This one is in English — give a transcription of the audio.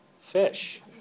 fish